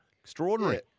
Extraordinary